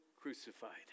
crucified